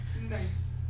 Nice